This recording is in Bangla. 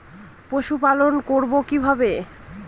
পশুপালন করব কিভাবে?